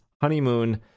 honeymoon